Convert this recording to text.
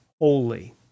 holy